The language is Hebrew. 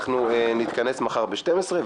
אנחנו נתכנס מחר ב-12:00,